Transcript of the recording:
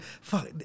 fuck